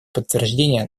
подтверждение